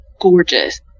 gorgeous